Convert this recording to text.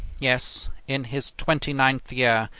yes, in his twenty-ninth year,